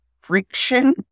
friction